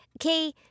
Okay